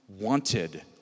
Wanted